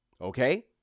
Okay